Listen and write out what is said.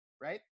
right